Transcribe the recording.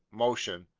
motion,